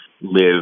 live